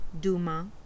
Duma